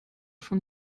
von